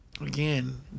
again